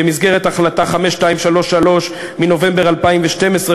במסגרת החלטה 5233 מנובמבר 2012,